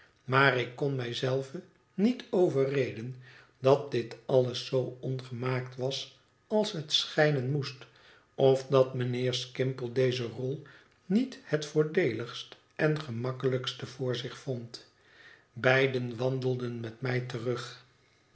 maar ik kon mij zelve niet overreden dat dit alles zoo ongemaakt was als het schijnen moest of dat mijnheer skimpole deze rol niet het voordeeligste en gemakkelijkste voor zich vond beiden wandelden met mij terug